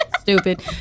Stupid